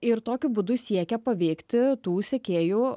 ir tokiu būdu siekia paveikti tų sekėjų